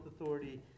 Authority